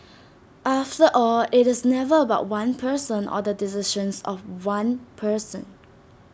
after all IT is never about one person or the decisions of one person